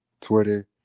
Twitter